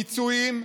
פיצויים,